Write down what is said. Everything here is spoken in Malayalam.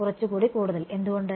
കുറച്ച് കൂടി കൂടുതൽ എന്തുകൊണ്ട്